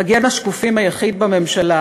מגן השקופים היחיד בממשלה.